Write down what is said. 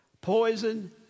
Poison